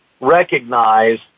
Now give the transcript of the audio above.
recognize